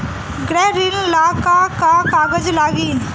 गृह ऋण ला का का कागज लागी?